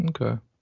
Okay